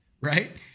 right